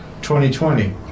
2020